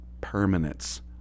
permanence